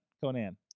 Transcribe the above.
Conan